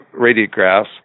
radiographs